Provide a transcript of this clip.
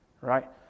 Right